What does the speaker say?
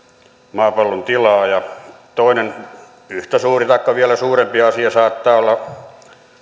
maapallon tilaa ja toinen yhtä suuri taikka vielä suurempi asia saattaa olla